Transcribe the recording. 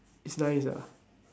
it's nice ah